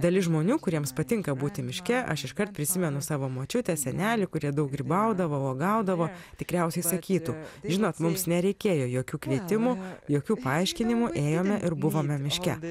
dalis žmonių kuriems patinka būti miške aš iškart prisimenu savo močiutę senelį kurie daug grybaudavo uogaudavo tikriausiai sakytų žinot mums nereikėjo jokių kvietimų jokių paaiškinimų ėjome ir buvome miške